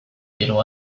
diru